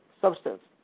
substance